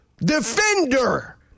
defender